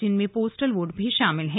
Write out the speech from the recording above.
इनमें postal vote भी शामिल हैं